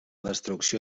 destrucció